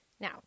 Now